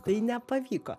tai nepavyko